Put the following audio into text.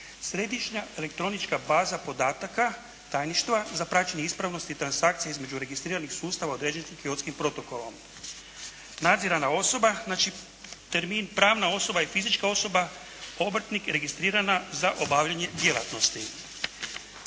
Središnja elektronička baza podataka tajništva za praćenje ispravnosti transakcije između registriranih sustava određenih Kyotskim protokolom. Nadzirana osoba. Znači, termin pravna osoba i fizička osoba, obrtnik registrirana za obavljanje djelatnosti.